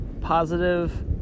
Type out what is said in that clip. positive